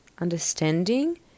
understanding